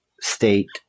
state